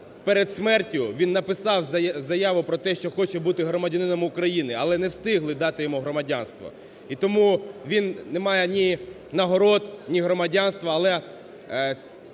перед смертю він написав заяву про те, що хоче бути громадянином України. Але не встигли дати йому громадянство. І тому він не має ні нагород, ні громадянства, але